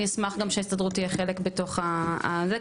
אני אשמח גם שההסתדרות תהיה חלק בתוך הזה,